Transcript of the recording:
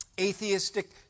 atheistic